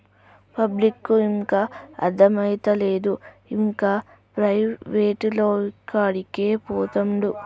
పబ్లిక్కు ఇంకా అర్థమైతలేదు, ఇంకా ప్రైవేటోనికాడికే పోతండు